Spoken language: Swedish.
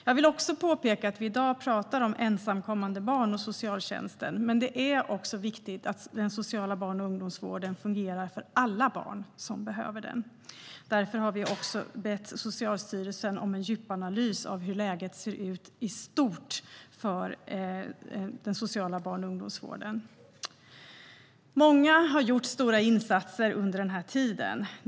Jag vill påpeka att vi i dag pratar om ensamkommande barn och socialtjänsten men att det är viktigt att den sociala barn och ungdomsvården fungerar för alla barn som behöver den. Därför har vi bett Socialstyrelsen om en djupanalys av hur läget ser ut i stort för den sociala barn och ungdomsvården. Många har gjort stora insatser under den här tiden.